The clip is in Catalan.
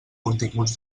continguts